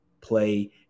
play